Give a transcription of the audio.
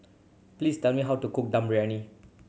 please tell me how to cook Dum Briyani